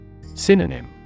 Synonym